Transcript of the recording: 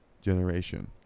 generation